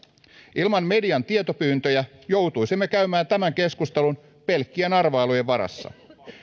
ilman median tietopyyntöjä joutuisimme käymään tämän keskustelun pelkkien arvailujen varassa